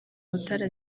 mutara